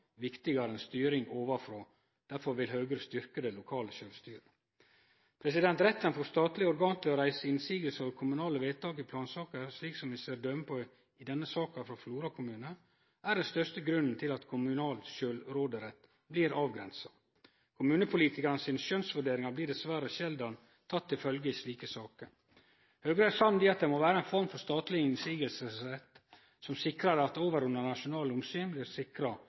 viktigare enn styring ovanfrå, og derfor vil Høgre styrkje det lokale sjølvstyret. Retten for statlege organ til å reise motsegn over kommunale vedtak i plansaker, slik som vi ser døme på i denne saka frå Flora kommune, er den største grunnen til at kommunal sjølvråderett blir avgrensa. Kommunepolitikarane sine skjønnsvurderingar blir dessverre sjeldan teke omsyn til i slike saker. Høgre er samd i at det må vere ei form for statleg motsegnsrett, som sikrar at overordna nasjonale omsyn blir sikra,